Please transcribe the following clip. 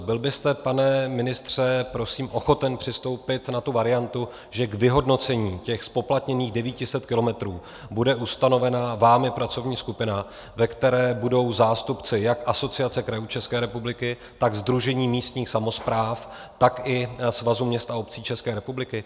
Byl byste, pane ministře, prosím ochoten přistoupit na tu variantu, že k vyhodnocení těch zpoplatněných 900 km bude vámi ustanovena pracovní skupina, ve které budou zástupci jak Asociace krajů České republiky, tak Sdružení místních samospráv, tak Svazu měst a obcí České republiky?